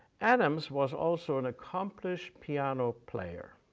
adams was also an accomplished piano player,